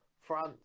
France